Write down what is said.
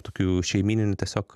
tokiu šeimyniniu tiesiog